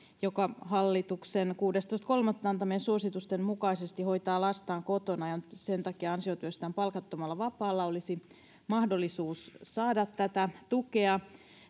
joka hallituksen kuudestoista kolmatta antamien suositusten mukaisesti hoitaa lastaan kotona ja on sen takia ansiotyöstään palkattomalla vapaalla olisi mahdollisuus saada tätä tukea